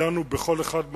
ודנו בכל אחד מהנושאים.